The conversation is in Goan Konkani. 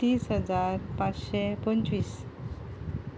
तीस हजार पांचशे पंचवीस